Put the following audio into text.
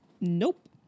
Nope